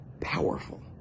powerful